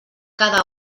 cada